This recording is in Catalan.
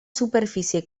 superfície